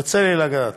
יוצא לי לגעת.